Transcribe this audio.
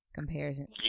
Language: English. comparison